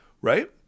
Right